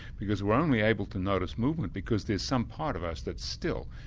because we're only able to notice movement because there's some part of us that's still.